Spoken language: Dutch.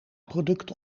product